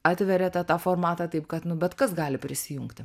atveria tą formatą taip kad bet kas gali prisijungti